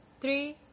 three